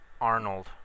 Arnold